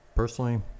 Personally